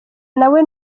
nawe